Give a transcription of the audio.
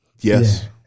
Yes